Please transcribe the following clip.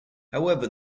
however